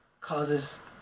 causes